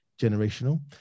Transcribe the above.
generational